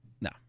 No